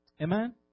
Amen